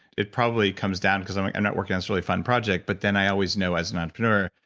it probably comes down because i'm like i'm not working on this really fun project, but then i always know as an entrepreneur,